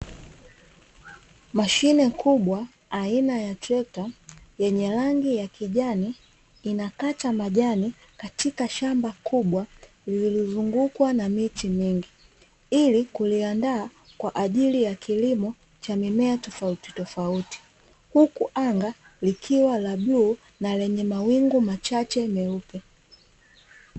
Mashine kubwa aina ya trekta yenye rangi ya kijani, inakata majani katika shamba kubwa, lililozungukwa na miti mingi ili kuiandaa kwa ajili ya kilimo cha mimea tofautitofauti, huku anga likiwa la bluu na lenye mawingu machache meupe.